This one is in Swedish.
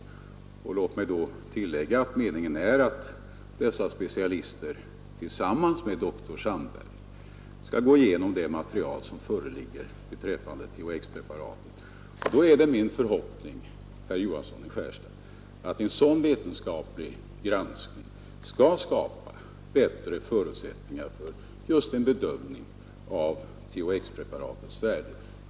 Låt mig tillägga att meningen är att dessa specialister tillsammans med doktor Sandberg skall gå igenom det material som föreligger beträffande THX-preparatet. Det är min förhoppning, herr Johansson i Skärstad, att en sådan vetenskaplig granskning skall skapa bättre förutsättningar för en bedömning av THX-preparatets värde.